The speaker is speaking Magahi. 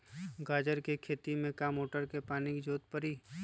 गाजर के खेती में का मोटर के पानी के ज़रूरत परी?